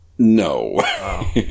No